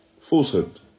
falsehood